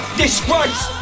disgrace